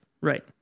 Right